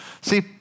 See